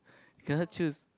you cannot choose